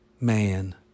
man